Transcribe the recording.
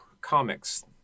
comics